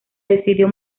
decidió